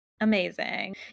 amazing